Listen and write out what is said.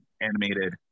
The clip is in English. animated